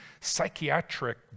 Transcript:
psychiatric